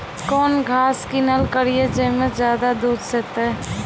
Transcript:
कौन घास किनैल करिए ज मे ज्यादा दूध सेते?